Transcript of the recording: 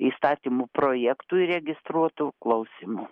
įstatymų projektų įregistruotų klausymų